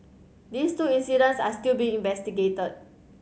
these two incidents are still being investigated